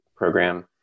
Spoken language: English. Program